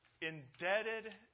indebted